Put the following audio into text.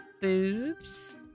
boobs